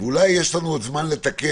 ואולי יש לנו עוד זמן לתקן,